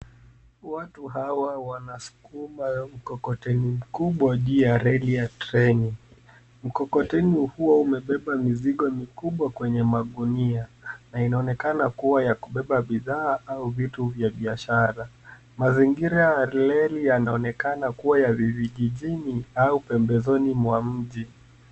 Watu hawa wanasukuma mkokoteni mkubwa juu ya reli ya treni. Mkokoteni huo umebeba mizigo mikubwa kwenye magunia, na inaonekana kuwa ya kubeba bidhaa au vitu vya biashara. Mazingira ya reli yanaonekana kuwa ya vijijini au pembezoni mwa mji.